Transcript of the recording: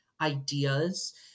ideas